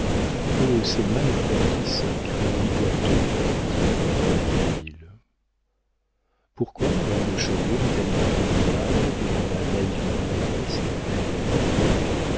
oh c'est mal à canalis car il lui doit tout dit mademoiselle d'hérouville pourquoi madame de chaulieu n'est-elle pas venue au havre demanda naïvement modeste à